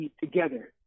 together